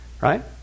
right